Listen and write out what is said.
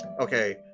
Okay